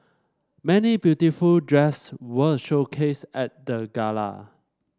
many beautiful dress were showcased at the gala